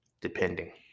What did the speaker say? depending